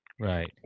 right